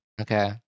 Okay